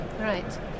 right